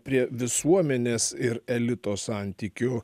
prie visuomenės ir elito santykių